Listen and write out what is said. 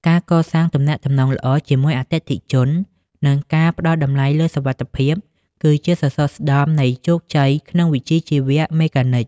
ការកសាងទំនាក់ទំនងល្អជាមួយអតិថិជន និងការផ្តល់តម្លៃលើសុវត្ថិភាព គឺជាសសរស្តម្ភនៃជោគជ័យក្នុងវិជ្ជាជីវៈមេកានិក។